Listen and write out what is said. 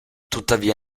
tuttavia